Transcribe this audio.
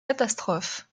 catastrophe